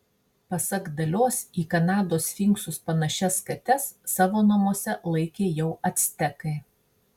pasak dalios į kanados sfinksus panašias kates savo namuose laikė jau actekai